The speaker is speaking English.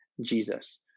Jesus